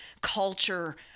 culture